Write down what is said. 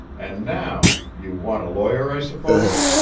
and now you want a lawyer, i suppose?